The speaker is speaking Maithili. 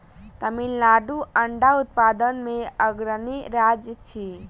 तमिलनाडु अंडा उत्पादन मे अग्रणी राज्य अछि